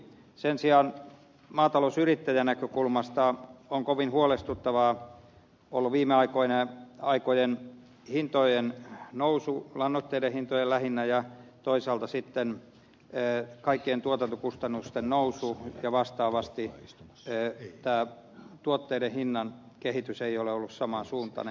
sen sijaan maatalousyrittäjän näkökulmasta on kovin huolestuttavaa ollut viime aikojen hintojen nousu lannoitteiden hintojen lähinnä ja toisaalta sitten kaikkien tuotantokustannusten nousu kun vastaavasti tuotteiden hintojen kehitys ei ole ollut saman suuntainen